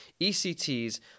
ECTs